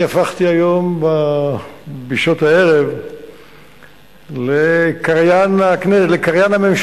אני הפכתי היום בשעות הערב לקריין הממשלה,